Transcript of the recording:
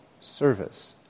service